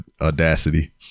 Audacity